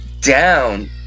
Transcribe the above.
down